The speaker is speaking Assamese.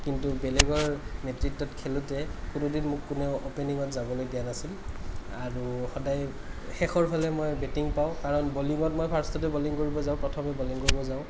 কিন্তু বেলেগৰ নেতৃত্বত খেলোঁতে কোনোদিন মোক কোনেও অপেনিঙত যাবলৈ দিয়া নাছিল আৰু সদায় শেষৰফালে মই বেটিং পাওঁ কাৰণ বলিঙত মই ফাৰ্ষ্টতে বলিং কৰিব যাওঁ প্ৰথমে বলিং কৰিব যাওঁ